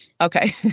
Okay